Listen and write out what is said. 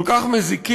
כל כך מזיקים,